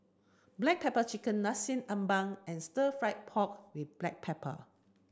black pepper chicken Nasi Ambeng and stir fry pork with black pepper